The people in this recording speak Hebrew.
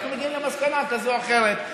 שאנחנו מגיעים למסקנה כאת או אחרת.